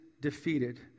defeated